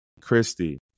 Christy